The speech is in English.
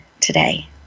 today